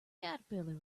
caterpillar